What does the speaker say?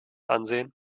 ansehen